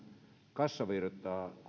kassavirtaa